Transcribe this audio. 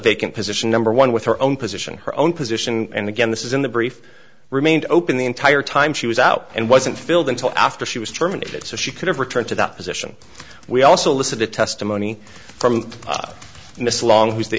vacant position number one with her own position her own position and again this is in the brief remained open the entire time she was out and wasn't filled until after she was terminated so she could return to the position we also listen to testimony from miss long who's the